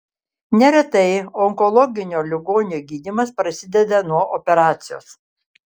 neretai onkologinio ligonio gydymas prasideda nuo operacijos